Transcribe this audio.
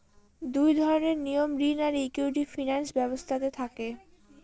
দুই ধরনের নিয়ম ঋণ আর ইকুইটি ফিনান্স ব্যবস্থাতে থাকে